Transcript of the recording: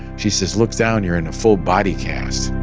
she says, look down, you're in a full body cast.